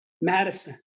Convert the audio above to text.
Madison